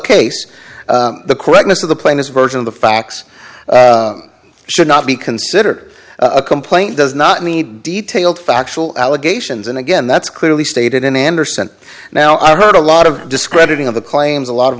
case the correctness of the plaintiff version of the facts should not be considered a complaint does not need detailed factual allegations and again that's clearly stated in andersen now i heard a lot of discrediting of the claims a lot of